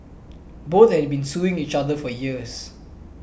both had been suing each other for years